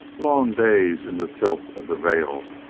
long days in the tilth of the vale,